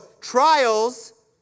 trials